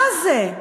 מה זה?